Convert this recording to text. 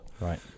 Right